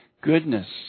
goodness